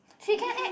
she can act